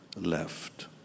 left